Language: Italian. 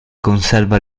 conserva